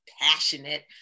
passionate